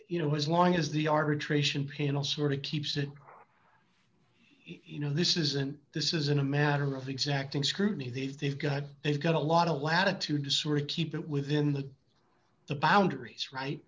you know as long as the arbitration panel sort of keeps it you know this isn't this isn't a matter of exacting scrutiny that if they've got they've got a lot of latitude this rich people within the the boundaries right